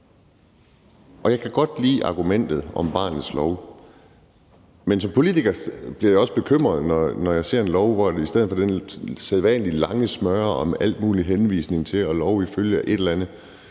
og jeg kan godt lide argumentet om barnets lov, men som politiker bliver jeg også bekymret, når jeg ser en lov, hvor vi i stedet for den sædvanlige lange smøre om alt muligt – altså det her med henvisning til og lov ifølge et eller andet